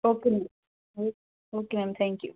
okay ma'am O okay ma'am thank you